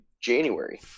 January